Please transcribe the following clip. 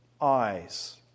eyes